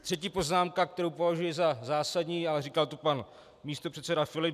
Třetí poznámka, kterou považuji za zásadní, ale říkal to pan místopředseda Filip.